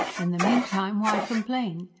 in the meantime, why complain?